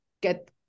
get